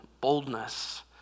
boldness